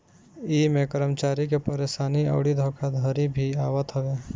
इमें कर्मचारी के परेशानी अउरी धोखाधड़ी भी आवत हवे